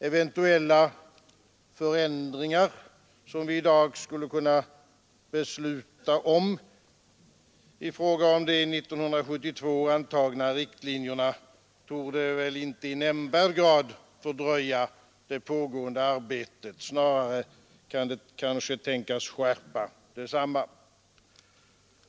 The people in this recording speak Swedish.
Eventuella förändringar, som vi i dag skulle kunna besluta om i fråga om de 1972 antagna riktlinjerna, torde inte i nämnvärd grad fördröja det pågående arbetet. Snarare kan de kanske tänkas skärpa detsamma.